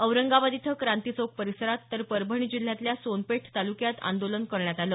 औरंगाबाद इथं क्रांती चौक परिसरात तर परभणी जिल्ह्यातल्या सोनपेठ तालुक्यात आंदोलन करण्यात आलं